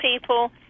people